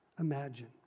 Imagine